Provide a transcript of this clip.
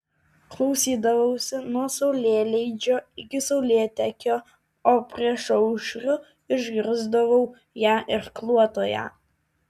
klausydavausi nuo saulėleidžio iki saulėtekio o priešaušriu išgirsdavau ją irkluotoją